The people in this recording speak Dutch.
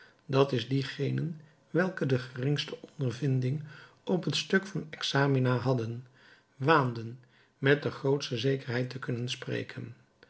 dat is diegenen welke de geringste ondervinding op het stuk van examina hadden waanden met de grootste zekerheid te kunnen spreken